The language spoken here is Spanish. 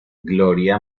gloria